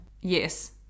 yes